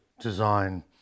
design